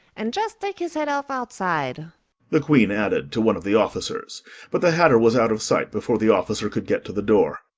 and just take his head off outside the queen added to one of the officers but the hatter was out of sight before the officer could get to the door.